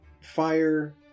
fire